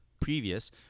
previous